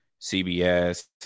CBS